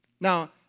Now